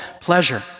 pleasure